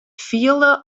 fielde